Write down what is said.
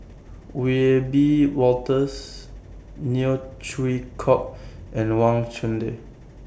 Wiebe Wolters Neo Chwee Kok and Wang Chunde